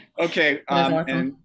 Okay